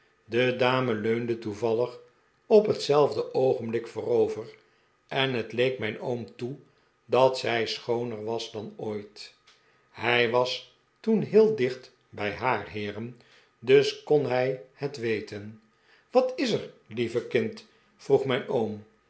de dame leunde toevallig op hetzelfde oogenblik voorover en het leek mijn oom toe dat zij schooner was dan ooit hij was toen heel dicht bij haar heeren dus kon hij het weten wat is er lieve kind vroeg mijn oom